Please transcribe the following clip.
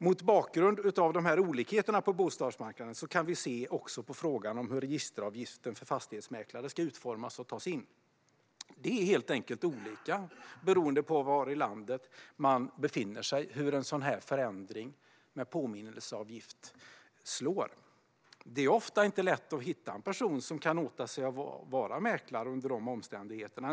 Mot bakgrund av olikheterna på bostadsmarknaden kan vi se på frågan om hur registreringsavgiften för fastighetsmäklare ska utformas och tas in. Det är helt enkelt olika, beroende på var i landet man befinner sig, hur en sådan förändring av en påminnelseavgift slår. Det är ofta inte lätt att hitta en person som kan åta sig att vara mäklare under de omständigheterna.